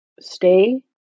stay